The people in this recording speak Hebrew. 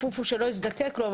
טפו טפו, שלא אזדקק לו.